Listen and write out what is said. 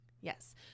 Yes